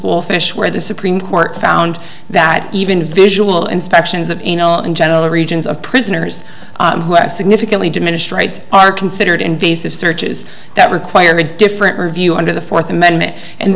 wolfish where the supreme court found that even visual inspections of general regions of prisoners who have significantly diminished rights are considered invasive searches that require a different review under the fourth amendment and